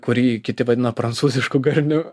kurį kiti vadina prancūzišku garniu